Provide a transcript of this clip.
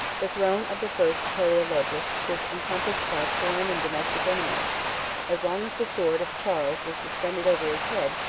the throne of the first palaeologus was encompassed by foreign and domestic enemies as long as the sword of charles was suspended over his head,